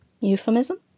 Euphemism